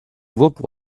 looked